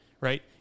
right